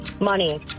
Money